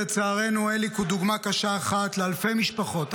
אליק הוא דוגמה קשה אחת לאלפי משפחות,